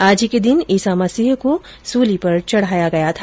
आज ही के दिन ईसा मसीह को सूली पर चढाया गया था